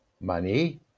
money